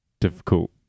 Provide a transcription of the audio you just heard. difficult